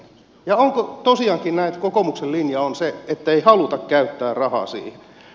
onko tosiaankin näin että kokoomuksen linja on se ettei haluta käyttää rahaa siihen